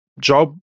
job